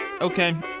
Okay